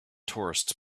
tourists